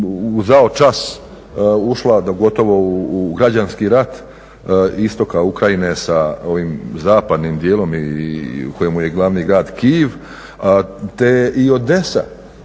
zao čas ušla gotovo u građanski rat istoka Ukrajine sa ovim zapadnim dijelom u kojemu je glavni grad Kijev i Odesa